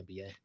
nba